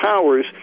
powers